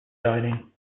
dining